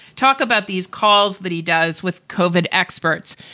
talk about these calls that he does with covert experts.